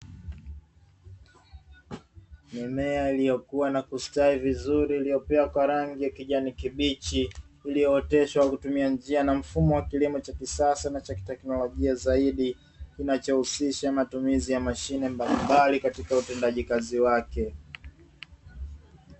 Mimea iliyokua na kustawi vizuri, iliyopea kwa rangi ya kijani kibichi, iliyooteshwa kwa kutumia njia na mfumo wa kilimo cha kisasa na cha kiteknolijia zaidi, kinachohusisha matumizi ya mashine mbalimbali katika utendaji kazi wake.